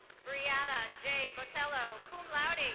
brianna j botello, cum laude.